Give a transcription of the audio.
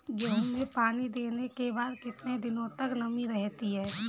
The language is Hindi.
गेहूँ में पानी देने के बाद कितने दिनो तक नमी रहती है?